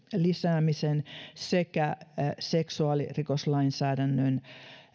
lisäämisen sekä seksuaalirikoslainsäädännön